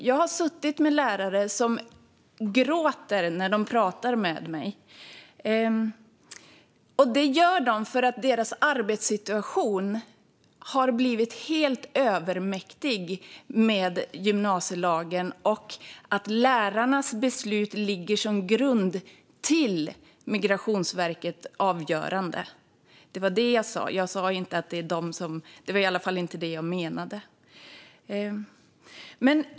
Jag har suttit med lärare som gråtit när de pratat med mig, och det har de gjort för att deras arbetssituation har blivit dem helt övermäktig i och med gymnasielagen och att lärarnas beslut ligger till grund för Migrationsverkets avgörande. Det var det jag sa; jag sa inte att det var de som avgjorde. Det var i alla fall inte det jag menade.